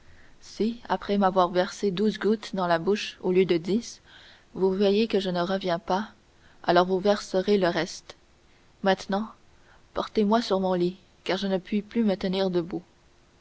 si après m'avoir versé douze gouttes dans la bouche au lieu de dix vous voyez que je ne reviens pas alors vous verserez le reste maintenant portez moi sur mon lit car je ne puis plus me tenir debout